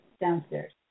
downstairs